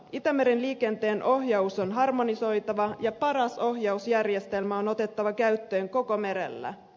itämeren liikenteenohjaus on harmonisoitava ja paras ohjausjärjestelmä on otettava käyttöön koko merellä